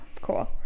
Cool